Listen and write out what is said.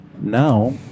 Now